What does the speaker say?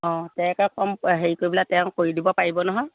অঁ তেওঁকে কম হেৰি কৰিবলৈ তেওঁ কৰি দিব পাৰিব নহয়